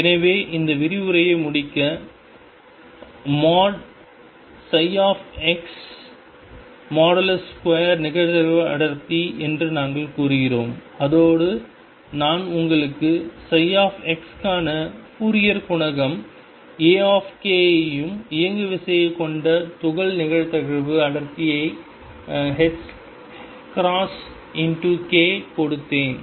எனவே இந்த விரிவுரையை முடிக்க மோட் x2 நிகழ்தகவு அடர்த்தி என்று நாங்கள் கூறுகிறோம் அதோடு நான் உங்களுக்கு x க்கான ஃபோரியர் குணகம் A ஐயும் இயங்குவிசைக் கொண்ட துகள் நிகழ்தகவு அடர்த்தியைக் ℏk கொடுத்தேன்